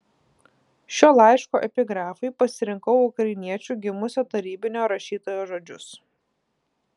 šio laiško epigrafui pasirinkau ukrainiečiu gimusio tarybinio rašytojo žodžius